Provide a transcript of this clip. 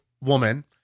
woman